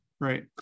Right